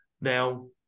Now